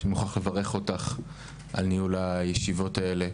שאני מוכרח לברך אותך על ניהול הישיבות הללו.